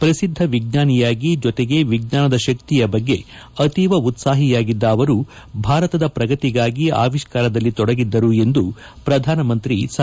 ಪ್ರಸಿದ್ದ ವಿಜ್ಞಾನಿಯಾಗಿ ಜೊತೆಗೆ ವಿಜ್ಞಾನದ ಶಕ್ತಿಯ ಬಗ್ಗೆ ಅತೀವ ಉತ್ಪಾಹಿಯಾಗಿದ್ದ ಅವರು ಭಾರತದ ಪ್ರಗತಿಗಾಗಿ ಆವಿಷ್ಣಾರದಲ್ಲಿ ತೊಡಗಿದ್ದರು ಎಂದು ಪ್ರಧಾನಮಂತ್ರಿ ಸಂತಾಪ ಸೂಚಿಸಿದ್ದಾರೆ